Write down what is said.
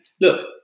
look